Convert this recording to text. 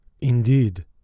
Indeed